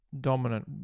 dominant